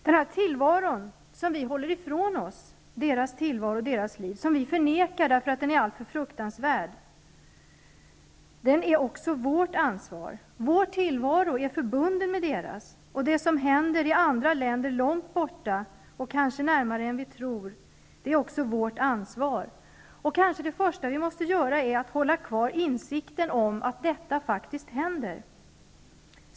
Denna tillvaro som vi håller ifrån oss, deras tillvaro och deras liv, som vi förnekar därför att den är alltför fruktansvärd, är också vårt ansvar. Vår tillvaro är förbunden med deras, och det som händer i andra länder långt borta, och kanske också närmare än vi tror, är också vårt ansvar. Det första vi måste göra är kanske att hålla kvar insikten om att detta faktiskt händer.